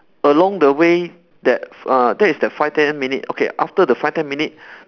along the way that uh that is that five ten minute okay after the five ten minute